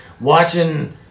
watching